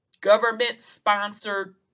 government-sponsored